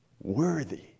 Worthy